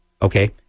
Okay